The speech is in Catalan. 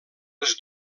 les